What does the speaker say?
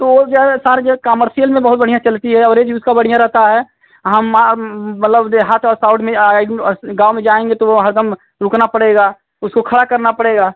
तो वो ज़्यादा सर जो कामर्सियल में बहुत बढ़िया चलती है एवरेज भी उसका बढ़िया रहता है हम मतलब देहात ओहात साउड में गाँव में जाएँगे तो वो हर दम रुकन पड़ेगा उसको खड़ा करना पड़ेगा